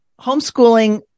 homeschooling